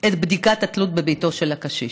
את בדיקת התלות בביתו של הקשיש,